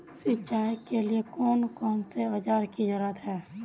सिंचाई के लिए कौन कौन से औजार की जरूरत है?